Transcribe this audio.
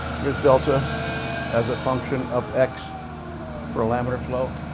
here's delta as a function of x for a laminar flow.